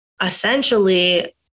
essentially